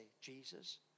Jesus